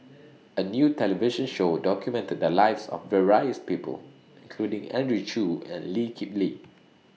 A New television Show documented The Lives of various People including Andrew Chew and Lee Kip Lee